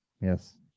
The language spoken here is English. Yes